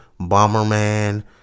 Bomberman